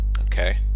okay